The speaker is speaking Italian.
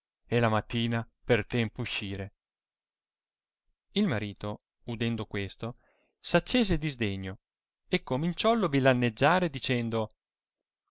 e la mattina per tempo uscire il marito udendo questo s accese di sdegno e cominciollo villaneggiare dicendo